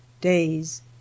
days